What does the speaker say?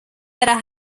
era